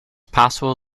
possible